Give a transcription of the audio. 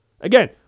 Again